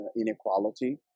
inequality